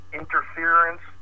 interference